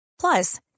Plus